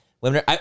Women